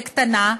בקטנה,